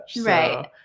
right